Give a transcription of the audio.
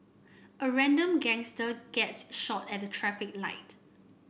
a random gangster gets shot at a traffic light